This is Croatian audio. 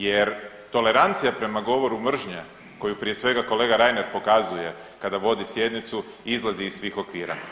Jer tolerancija prema govoru mržnje koju prije svega kolega Reiner pokazuje kada vodi sjednicu izlazi iz svih okvira.